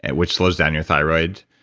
and which slows down your thyroid.